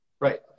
Right